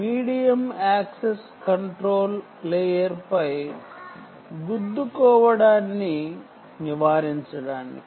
medium access control layer పై ఢీకోవడాన్ని నివారించడానికి